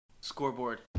Scoreboard